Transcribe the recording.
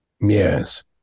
yes